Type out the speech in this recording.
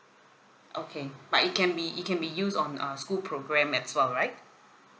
okay but it can be it can be used on uh school program as well right